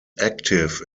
active